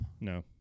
No